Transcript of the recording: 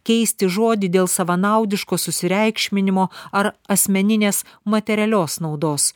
keisti žodį dėl savanaudiško susireikšminimo ar asmeninės materialios naudos